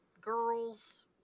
girl's